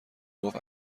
گفت